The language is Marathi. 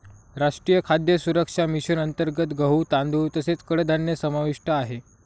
राष्ट्रीय खाद्य सुरक्षा मिशन अंतर्गत गहू, तांदूळ तसेच कडधान्य समाविष्ट आहे